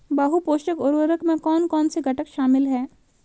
बहु पोषक उर्वरक में कौन कौन से घटक शामिल हैं?